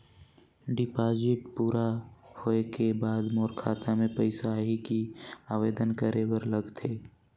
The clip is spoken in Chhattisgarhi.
डिपॉजिट पूरा होय के बाद मोर खाता मे पइसा आही कि आवेदन करे बर लगथे?